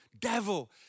devil